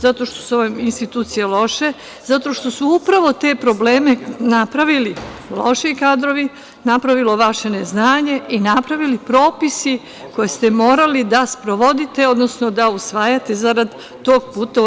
Zato što su ove institucije loše, zato što su upravo te probleme napravili loši kadrovi, napravilo vaše neznanje i napravili propisi koje ste morali da sprovodite, odnosno da usvajate zarad tog puta u EU.